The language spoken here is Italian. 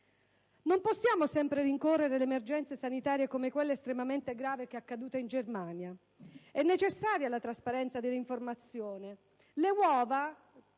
Non possiamo sempre rincorrere le emergenze sanitarie come quella, estremamente grave, accaduta in Germania. È necessaria la trasparenza dell'informazione. Le uova